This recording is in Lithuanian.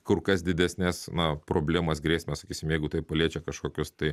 kur kas didesnes na problemas grėsmes sakysim jeigu tai paliečia kažkokius tai